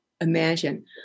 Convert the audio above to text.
imagine